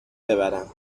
ببرم